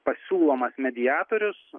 pasiūlomas mediatorius